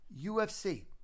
UFC